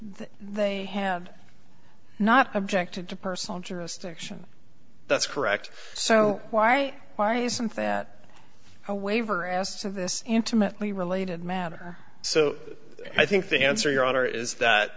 all they have not objected to personal jurisdiction that's correct so why why isn't that a waiver as to this intimately related matter so i think the answer your honor is that